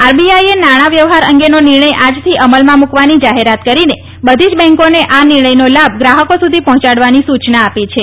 આઈબીઆઈએ નાણાં વ્યવહાર અંગેનો નિર્ણય આજથી અમલમાં મૂકવાની જાહેરાત કરીને બધી જ બેંકોને આ નિર્ણયનો લાભ ગ્રાહકો સુધી પહોંચાડવાની સૂચના આપી છે